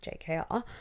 JKR